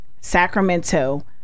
Sacramento